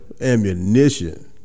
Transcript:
ammunition